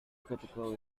critical